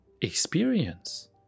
experience